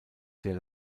sehr